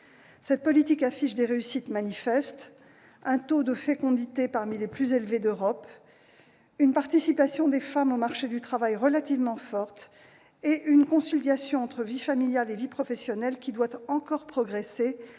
Cette politique affiche des réussites manifestes : un taux de fécondité parmi les plus élevés d'Europe, une participation relativement forte des femmes au marché du travail et une conciliation entre vie familiale et vie professionnelle qui doit encore progresser,